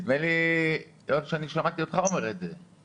נדמה לי, שמעתי אותך אומר את זה.